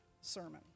sermon